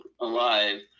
alive